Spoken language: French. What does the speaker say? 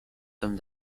somme